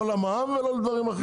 לא למע"מ ולא לדברים אחרים.